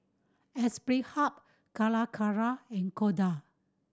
Aspire Hub Calacara and Kodak